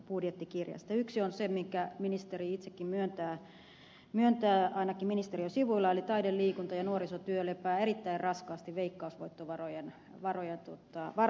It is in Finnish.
yksi on se minkä ministeri itsekin myöntää ainakin ministeriön sivuilla eli taide liikunta ja nuorisotyö lepää erittäin raskaasti veikkausvoittovarojen varassa